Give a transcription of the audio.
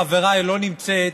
חבריי, לא נמצאת